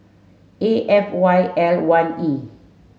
A F Y L one E